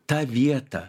tą vietą